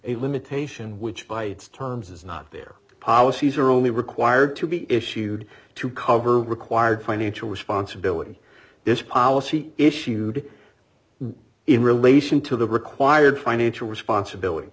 a limitation which by its terms is not their policies are only required to be issued to cover required financial responsibility is policy issued in relation to the required financial responsibility